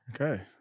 Okay